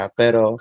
pero